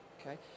Okay